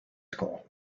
school